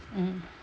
mm